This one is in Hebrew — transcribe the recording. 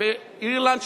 באירלנד,